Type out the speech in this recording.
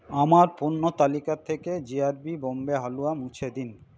আমার পণ্য তালিকা থেকে G R B Bombay halwa মুছে দিন